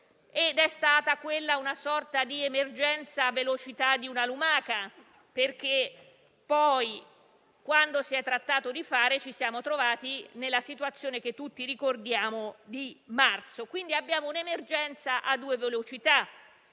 ma è stata una sorta di emergenza alla velocità di una lumaca, perché poi, quando si è trattato di fare, ci siamo trovati nella situazione di marzo che tutti ricordiamo. Abbiamo quindi un'emergenza a due velocità: